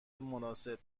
مناسب